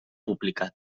pública